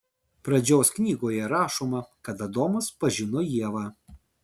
pradžios knygoje rašoma kad adomas pažino ievą